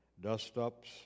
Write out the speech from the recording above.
dust-ups